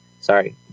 Sorry